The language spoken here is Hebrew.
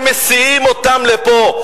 הם מסיעים אותם לפה.